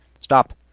Stop